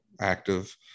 active